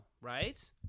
right